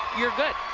you're good.